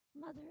Mother